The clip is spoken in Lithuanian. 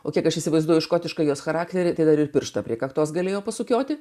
o kiek aš įsivaizduoju škotišką jos charakterį tai dar ir pirštą prie kaktos galėjo pasukioti